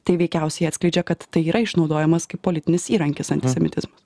tai veikiausiai atskleidžia kad tai yra išnaudojamas kaip politinis įrankis antisemitizmas